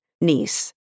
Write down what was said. niece